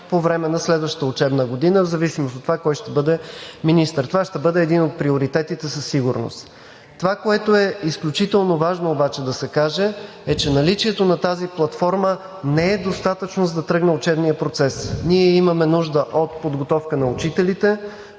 по време на следващата учебна година, в зависимост от това кой ще бъде министър. Това ще бъде един от приоритетите със сигурност. Това, което е изключително важно обаче да се каже, е, че наличието на тази платформа не е достатъчно, за да тръгне учебният процес. Ние имаме нужда от подготовка на учителите,